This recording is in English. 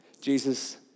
Jesus